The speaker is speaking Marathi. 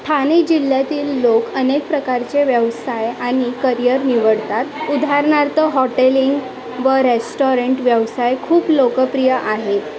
ठाणे जिल्ह्यातील लोक अनेक प्रकारचे व्यवसाय आणि करियर निवडतात उदाहरणार्थ हॉटेलिंग व रेस्टॉरंट व्यवसाय खूप लोकप्रिय आहे